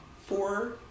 four